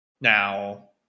Now